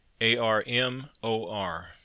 A-R-M-O-R